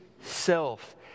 self